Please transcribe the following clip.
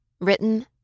Written